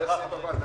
יש לי בקשה אליך.